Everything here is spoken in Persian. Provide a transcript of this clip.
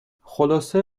خلاصه